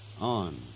on